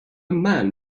man